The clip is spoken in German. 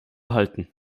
halten